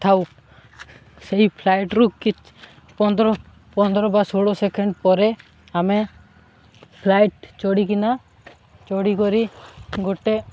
ଥାଉ ସେଇ ଫ୍ଲାଇଟ୍ରୁ ପନ୍ଦର ପନ୍ଦର ବା ଷୋହଳ ସେକେଣ୍ଡ ପରେ ଆମେ ଫ୍ଲାଇଟ୍ ଚଢ଼ିକିନା ଚଢ଼ିକରି ଗୋଟେ